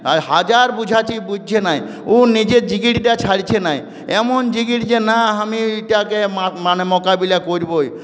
আর হাজার বুঝাইছি বুঝছে নাই উ নিজের জিগিরিটা ছাড়ছে নাই এমন জিগির যে না হামি এইটাকে মা মানে মোকাবিলা কইরবোই